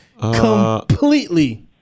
completely